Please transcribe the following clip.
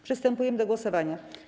Przystępujemy do głosowania.